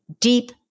deep